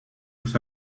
los